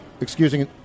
excusing